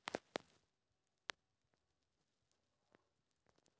गेहूं रोपाई वाला मशीन पर केतना सब्सिडी मिलते?